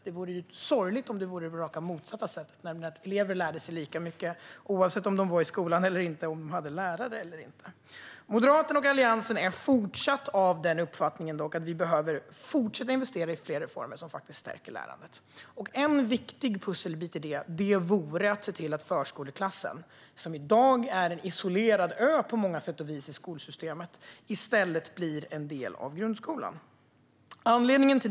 Det vore sorgligt om det var på det rakt motsatta sättet, nämligen att elever lär sig lika mycket oavsett om de går i skolan eller inte eller om de har lärare eller inte. Moderaterna och Alliansen är av uppfattningen att vi behöver fortsätta att investera i fler reformer som stärker lärandet. En viktig pusselbit vore att se till att förskoleklassen, som i dag är en isolerad ö i skolsystemet, i stället blir en del av grundskolan.